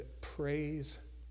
praise